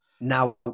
now